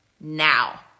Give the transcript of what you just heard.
now